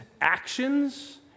actions